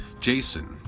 Jason